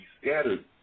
scattered